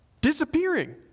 disappearing